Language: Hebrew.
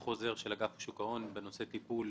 אגף שוק ההון בנושא טיפול